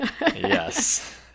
Yes